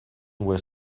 were